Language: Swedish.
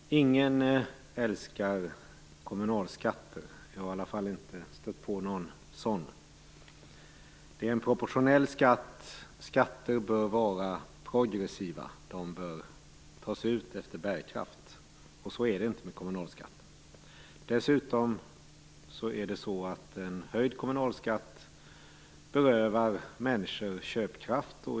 Fru talman! Ingen älskar kommunalskatter. Jag har i varje fall inte stött på någon sådan. Det är en proportionell skatt. Skatter bör vara progressiva. De bör tas ut efter bärkraft, och så är det inte med kommunalskatten. Dessutom berövar en höjd kommunalskatt människor köpkraft.